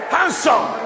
Handsome